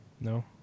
No